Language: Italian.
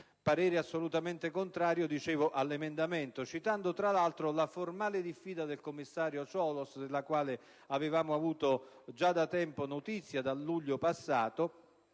parere assolutamente contrario" (sottolineati ed in neretto) all'emendamento, citando tra l'altro la formale diffida del commissario Ciolos, della quale avevamo avuto da tempo notizia, dal luglio passato,